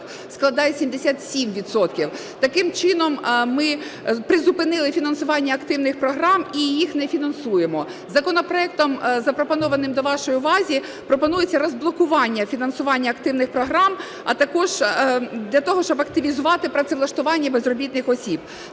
складає 77 відсотків. Таким чином ми призупинили фінансування активних програм і їх не фінансуємо. Законопроектом, запропонованим до вашої уваги, пропонується розблокування фінансування активних програм, а також для того, щоб активізувати працевлаштування безробітних осіб.